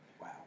Wow